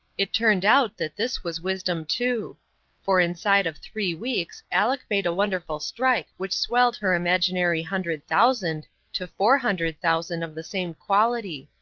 it turned out that this was wisdom, too for inside of three weeks aleck made a wonderful strike which swelled her imaginary hundred thousand to four hundred thousand of the same quality.